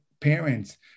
parents